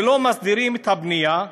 ולא מסדירים את הבנייה,